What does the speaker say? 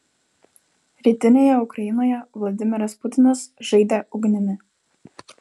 rytinėje ukrainoje vladimiras putinas žaidė ugnimi